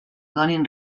donin